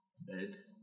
Bed